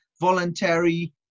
voluntary